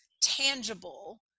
tangible